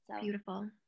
Beautiful